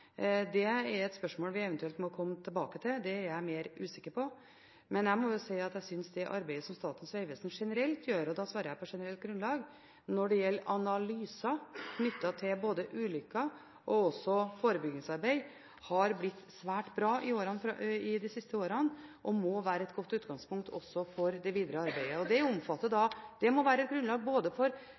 er et spørsmål vi eventuelt må komme tilbake til. Det er jeg mer usikker på. Men jeg må si at jeg syns det arbeidet som Statens vegvesen generelt gjør – og da svarer jeg på generelt grunnlag – når det gjelder analyser knyttet til både ulykker og forebyggingsarbeid, har blitt svært bra i løpet av de siste årene og må også være et godt utgangspunkt for det videre arbeidet. Det må være et grunnlag for nye veganlegg når de bygges, og for